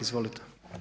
Izvolite.